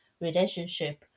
relationship